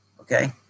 okay